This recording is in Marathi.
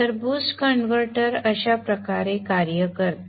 तर बूस्ट कन्व्हर्टर अशा प्रकारे कार्य करते